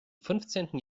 fünfzehnten